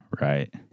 Right